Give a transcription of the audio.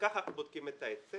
ככה אנחנו בודקים את ההיצף.